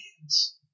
hands